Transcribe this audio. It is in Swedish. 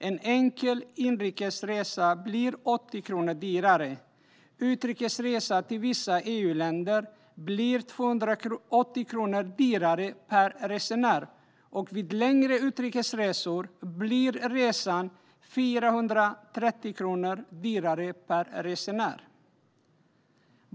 En enkel inrikesresa blir 80 kronor dyrare, en utrikes resa till vissa EU-länder blir 280 kronor dyrare per resenär, och vid längre utrikesresor blir resan 430 kronor dyrare per resenär.